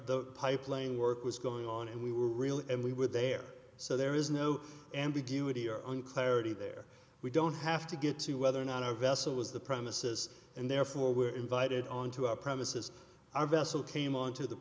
the pipe playing work was going on and we were real and we were there so there is no ambiguity or on clarity there we don't have to get to whether or not our vessel was the premises and therefore we're invited onto our premises our vessel came onto the